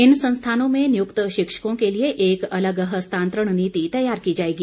इन संस्थानों में नियुक्त शिक्षकों के लिए एक अलग हस्तांतरण नीति तैयार की जाएगी